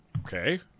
Okay